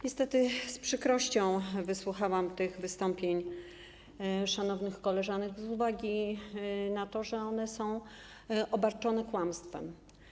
Niestety z przykrością wysłuchałam tych wystąpień szanownych koleżanek z uwagi na to, że są one obarczone kłamstwem.